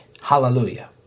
Hallelujah